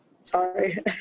Sorry